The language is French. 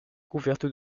couverte